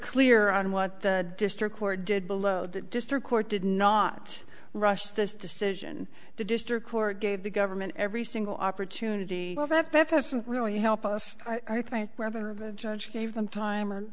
clear on what the district court did below that district court did not rush this decision the district court gave the government every single opportunity well that best doesn't really help us i think whether the judge gave them time